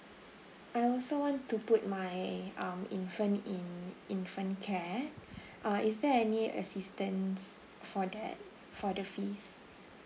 I also want to put my um infant in infant care uh is there any assistance for that for the fees